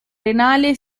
renale